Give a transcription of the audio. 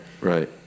right